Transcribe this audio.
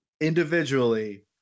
individually